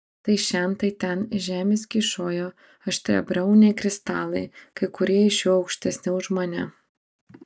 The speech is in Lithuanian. tai šen tai ten iš žemės kyšojo aštriabriauniai kristalai kai kurie iš jų aukštesni už mane